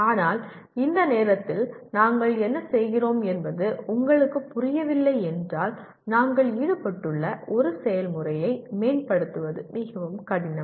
ஆனால் இந்த நேரத்தில் நாங்கள் என்ன செய்கிறோம் என்பது உங்களுக்கு புரியவில்லை என்றால் நாங்கள் ஈடுபட்டுள்ள ஒரு செயல்முறையை மேம்படுத்துவது மிகவும் கடினம்